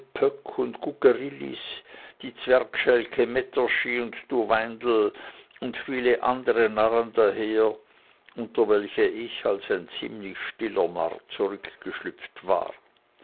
die zwergschälke metterschi und duweindl und viele andere narren daher unter welche ich als ein ziemlich stiller narr zurückgeschlüpft war